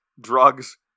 drugs